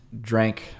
drank